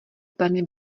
pleny